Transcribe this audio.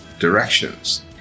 Directions